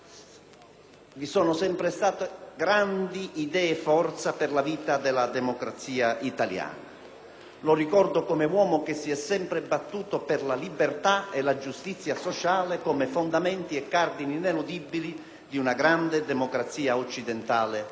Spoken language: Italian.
vi sono sempre state grandi idee, forza per la vita della democrazia italiana. Lo ricordo come uomo che si è sempre battuto per la libertà e la giustizia sociale come fondamenti e cardini ineludibili di una grande democrazia occidentale, quale